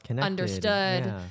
understood